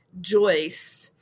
Joyce